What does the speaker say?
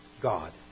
God